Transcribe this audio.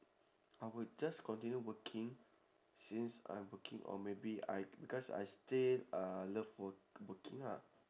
I would just continue working since I'm working or maybe I because I still uh love work~ working ah